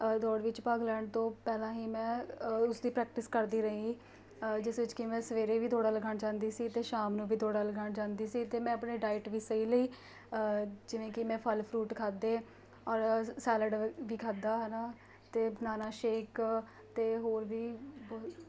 ਦੌੜ ਵਿੱਚ ਭਾਗ ਲੈਣ ਤੋਂ ਪਹਿਲਾਂ ਹੀ ਮੈਂ ਉਸਦੀ ਪ੍ਰੈਕਟਿਸ ਕਰਦੀ ਰਹੀ ਜਿਸ ਵਿੱਚ ਕਿ ਮੈਂ ਸਵੇਰੇ ਵੀ ਦੋੜ੍ਹਾਂ ਲਗਾਉਣ ਜਾਂਦੀ ਸੀ ਅਤੇ ਸ਼ਾਮ ਨੂੰ ਵੀ ਦੋੜ੍ਹਾਂ ਲਗਾਉਣ ਜਾਂਦੀ ਸੀ ਅਤੇ ਮੈਂ ਆਪਣੇ ਡਾਇਟ ਵੀ ਸਹੀ ਲਈ ਜਿਵੇਂ ਕਿ ਮੈਂ ਫਲ ਫਰੂਟ ਖਾਧੇ ਔਰ ਸੈਲਡ ਵੀ ਖਾਧਾ ਹੈ ਨਾ ਅਤੇ ਬਨਾਨਾ ਸ਼ੇਕ ਅਤੇ ਹੋਰ ਵੀ ਬਹੁ